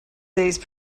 these